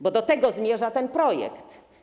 Bo do tego zmierza ten projekt.